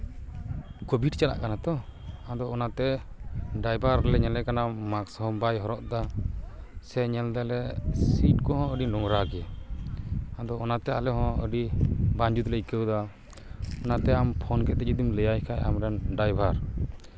covid ᱪᱟᱞᱟᱜ ᱠᱟᱱᱟ ᱛᱚ ᱟᱫᱚ ᱚᱱᱟᱛᱮ ᱰᱨᱟᱭᱵᱷᱟᱨ ᱞᱮ ᱧᱮᱞᱮ ᱠᱟᱱᱟ ᱢᱟᱥᱠ ᱦᱚᱸ ᱵᱟᱭ ᱦᱚᱨᱚᱜ ᱫᱟ ᱥᱮ ᱧᱮᱞ ᱫᱟᱞᱮ ᱥᱤᱴ ᱠᱚᱦᱚᱸ ᱟᱹᱰᱤ ᱱᱚᱝᱨᱟ ᱜᱮᱭᱟ ᱟᱫᱚ ᱚᱱᱟᱛᱮ ᱟᱞᱮ ᱦᱚᱸ ᱟᱹᱰᱤ ᱵᱟᱝ ᱡᱩᱛᱞᱮ ᱟᱹᱭᱠᱟᱹᱣᱫᱟ ᱚᱱᱟᱛᱮ ᱟᱢ ᱯᱷᱳᱱ ᱠᱟᱛᱮᱫ ᱡᱩᱫᱤᱢ ᱞᱟᱹᱭᱟᱭ ᱠᱷᱟᱱ ᱟᱢᱨᱮᱱ ᱰᱨᱟᱭᱵᱷᱟᱨ